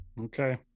Okay